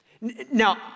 Now